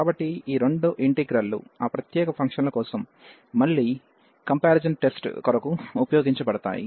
కాబట్టి ఈ రెండు ఇంటిగ్రల్ లు ఆ ప్రత్యేక ఫంక్షన్ల కోసం మళ్ళీ కంపారిజాన్ టెస్ట్ కొరకు ఉపయోగించబడతాయి